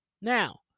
Now